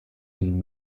den